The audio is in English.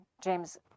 James